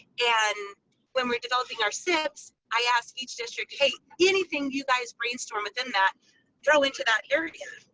and when we're developing our sifs i ask each district, hey, anything you guys brainstorm within that throw into that area.